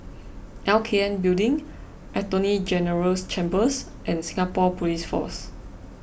L K N Building Attorney General's Chambers and Singapore Police Force